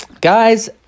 guys